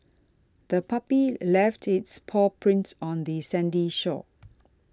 the puppy left its paw prints on the sandy shore